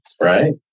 Right